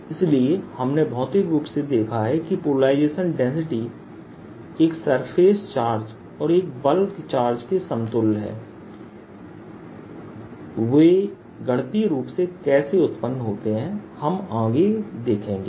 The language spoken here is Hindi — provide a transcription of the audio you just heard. इसलिए हमने भौतिक रूप से देखा है कि पोलराइजेशन डेंसिटी एक सरफेस चार्ज और एक बल्क चार्ज के समतुल्य है वे गणितीय रूप से कैसे उत्पन्न होते हैं हम आगे देखेंगे